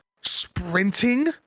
sprinting